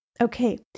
Okay